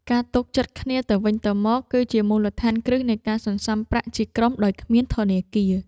ការទុកចិត្តគ្នាទៅវិញទៅមក គឺជាមូលដ្ឋានគ្រឹះនៃការសន្សំប្រាក់ជាក្រុមដោយគ្មានធនាគារ។